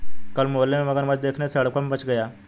कल मोहल्ले में मगरमच्छ देखने से हड़कंप मच गया